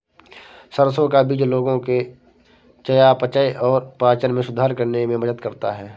सरसों का बीज लोगों के चयापचय और पाचन में सुधार करने में मदद करता है